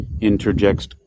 interjects